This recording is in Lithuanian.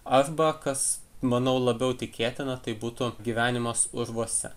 arba kas manau labiau tikėtina tai būtų gyvenimas urvuose